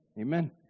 Amen